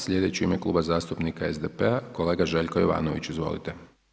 Sljedeću u ime Kluba zastupnika SDP-a kolega Željko Jovanović, izvolite.